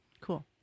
Cool